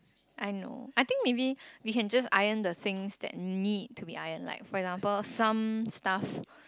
I know I think maybe we can just iron the things that need to be iron like for example some stuff I know